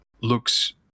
looks